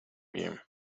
bien